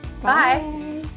Bye